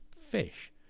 fish